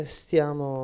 stiamo